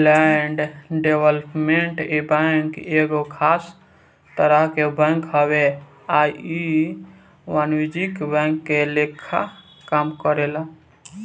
land development bank एगो खास तरह के बैंक हवे आ इ अवाणिज्यिक बैंक के लेखा काम करेला